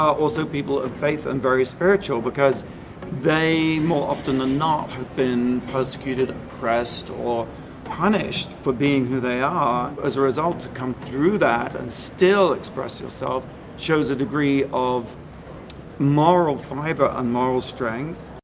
also people of faith and very spiritual because they more often than not have been persecuted, oppressed, or punished for being who they are. as a result, to come through that and still express yourself shows a degree of moral fiber and moral strength.